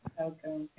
Okay